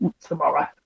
tomorrow